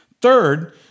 Third